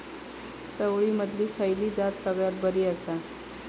चवळीमधली खयली जात सगळ्यात बरी आसा?